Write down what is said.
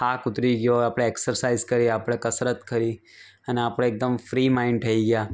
થાક ઉતારી ગયો હોય આપણે એકસેરસાઇઝ કરી આપણે કસરત કરી અને આપણે એકદમ ફ્રી માઇન્ડ થઈ ગયા